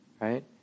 right